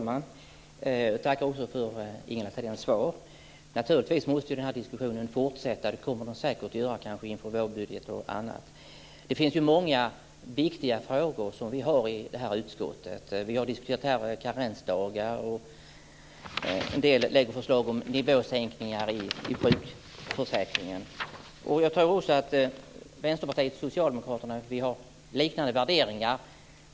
Herr talman! Jag tackar för Ingela Thaléns svar. Naturligtvis måste diskussionen fortsätta. Det kommer den säkert att göra, kanske inför vårbudgeten och annat. Vi har många viktiga frågor i det här utskottet. Vi har diskuterat karensdagar. En del lägger fram förslag om nivåsänkningar i sjukförsäkringen. Jag tror också att Vänsterpartiet och Socialdemokraterna har liknande värderingar.